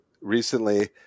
recently